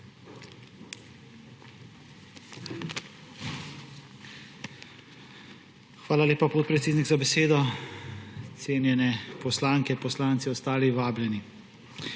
Hvala lepa, podpredsednik, za besedo. Cenjene poslanke, poslanci, ostali vabljeni!